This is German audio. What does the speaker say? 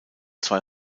zwei